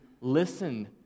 listen